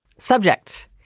subject.